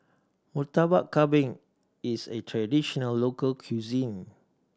Murtabak Kambing is a traditional local cuisine